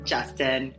Justin